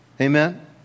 amen